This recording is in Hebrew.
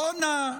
בוא'נה,